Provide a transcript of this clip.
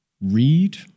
read